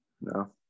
no